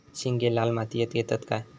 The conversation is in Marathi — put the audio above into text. शेंगे लाल मातीयेत येतत काय?